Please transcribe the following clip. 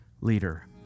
leader